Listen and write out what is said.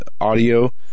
audio